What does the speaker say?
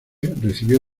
recibió